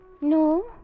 No